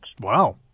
Wow